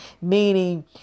meaning